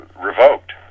revoked